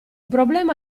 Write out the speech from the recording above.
problema